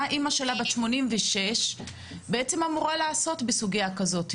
מה אמא שלה בת ה-86 בעצם אמורה לעשות בסוגייה כזאת?